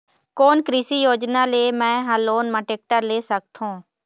कोन कृषि योजना ले मैं हा लोन मा टेक्टर ले सकथों?